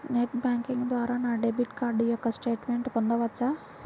Net banking ద్వారా నా debit card యొక్క స్టేట్మెంట్ పొందవచ్చా?